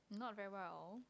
not very well at all